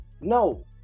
No